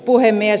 puhemies